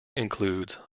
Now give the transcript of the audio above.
includes